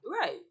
Right